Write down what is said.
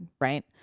right